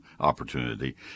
opportunity